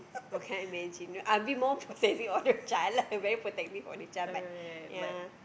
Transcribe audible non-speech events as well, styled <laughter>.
I can't imagine I will be more protective of the child <laughs> I very protective of the child but ya